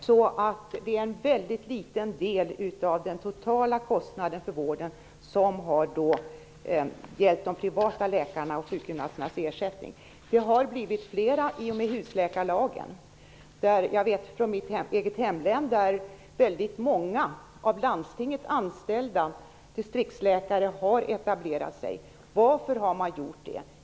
Herr talman! Det är en mycket liten del av den totala kostnaden för vården som utgörs av ersättning till de privata läkarna och sjukgymnasterna. I och med husläkarlagen blev det fler etableringar. I mitt hemlän är det många av landstinget anställda distriktsläkare som har etablerat sig. Varför har man gjort det?